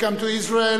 Welcome to Israel,